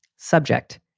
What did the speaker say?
subject.